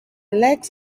legs